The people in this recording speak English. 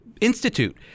institute